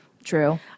True